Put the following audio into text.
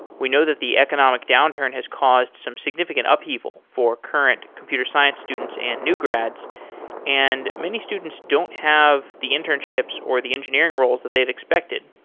we know that the economic downturn has caused some significant upheaval for current computer science students and new grads and many students don't have the internships or the engineering roles that they'd expected,